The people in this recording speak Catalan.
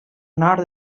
nord